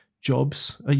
jobs